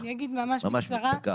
אני אגיד ממש בקצרה.